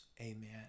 amen